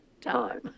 time